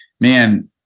man